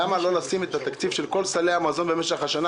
למה לא לשים את התקציב של כל סלי המזון במשך השנה,